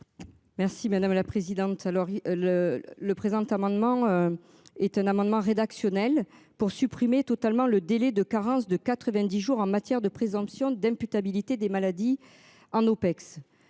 Merci madame la présidente. Alors le le présent amendement. Est un amendement rédactionnel pour supprimer totalement le délai de carence de 90 jours en matière de présomption d'imputabilité des maladies en OPEX